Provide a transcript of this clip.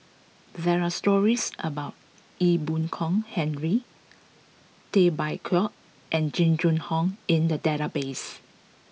there are stories about Ee Boon Kong Henry Tay Bak Koi and Jing Jun Hong in the database